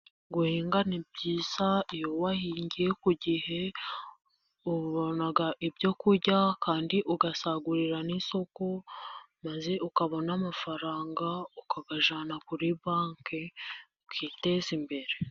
Guhinga ni byiza, iyo wahingiye ku gihe, ubona ibyo kurya, kandi ugasagurira n'isoko, maze ukabona amafaranga, ukayajyana kuri banki, ukiteza imbere.